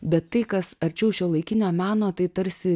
bet tai kas arčiau šiuolaikinio meno tai tarsi